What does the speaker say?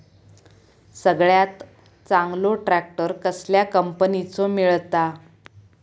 सगळ्यात चांगलो ट्रॅक्टर कसल्या कंपनीचो मिळता?